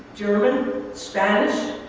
german, spanish,